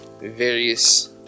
various